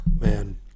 Man